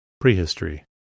Prehistory